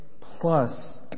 plus